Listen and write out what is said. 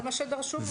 זה מה שדרשו ממנו.